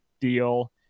deal